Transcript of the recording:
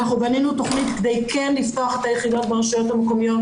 אנחנו בנינו תוכנית כדי כן לפתוח את היחידות ברשויות המקומיות,